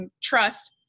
Trust